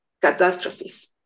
catastrophes